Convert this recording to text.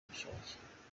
bushake